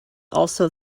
also